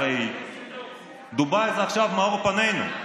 הרי דובאי זה עכשיו מאור פנינו.